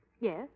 Yes